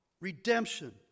Redemption